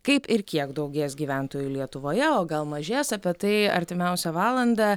kaip ir kiek daugės gyventojų lietuvoje o gal mažės apie tai artimiausią valandą